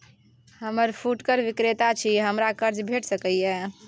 हम फुटकर विक्रेता छी, हमरा कर्ज भेट सकै ये?